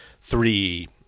three